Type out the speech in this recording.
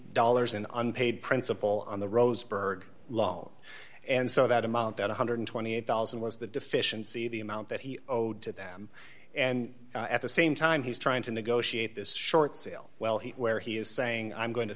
dollars in unpaid principal on the roseburg loan and so that amount that one hundred and twenty eight thousand was the deficiency the amount that he owed to them and at the same time he's trying to negotiate this short sale well where he is saying i'm going to